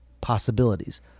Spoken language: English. possibilities